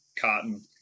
Cotton